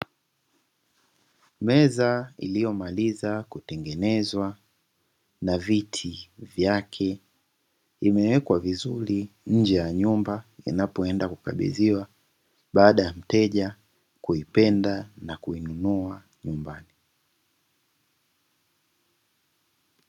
Meza iliyomaliza kutengenezwa na viti vyake, imewekwa vizuri nje ya nyumba inapoenda kukabidhiwa baada ya mteja kuipenda na kuinunua nyumbani.